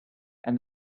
and